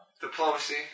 Diplomacy